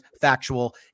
factual